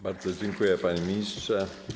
Bardzo dziękuję, panie ministrze.